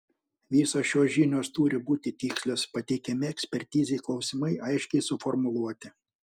visos šios žinios turi būti tikslios pateikiami ekspertizei klausimai aiškiai suformuluoti